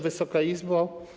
Wysoka Izbo!